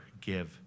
give